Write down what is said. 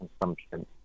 consumption